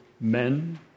men